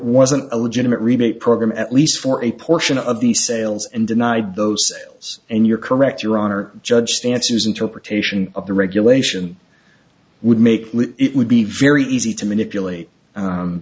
wasn't a legitimate rebate program at least for a portion of the sales and denied those and you're correct your honor judge stance his interpretation of the regulation would make it would be very easy to manipulate